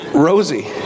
Rosie